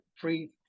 free